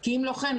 כי אם לא כן,